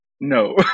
no